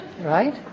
right